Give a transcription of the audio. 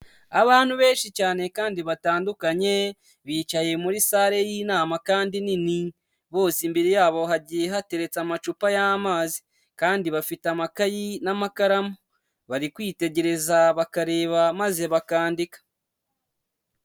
Abantu benshi cyane kandi batandukanye, bicaye muri sale y'inama kandi nini, bose imbere yabo hagiye hateretse amacupa y'amazi kandi bafite amakayi n'amakaramu, bari kwitegereza, bakareba maze bakandika.